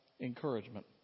encouragement